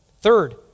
Third